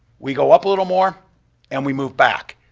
we go up a little more and we move back.